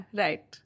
right